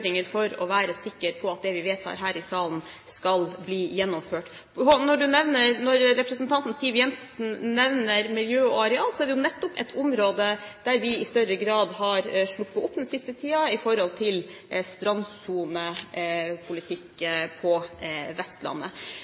føringer for å være sikre på at det vi vedtar her i salen, skal bli gjennomført. Når representanten Siv Jensen nevner miljø og areal, er nettopp det et område der vi i større grad har sluppet opp den siste tiden med hensyn til strandsonepolitikken på Vestlandet.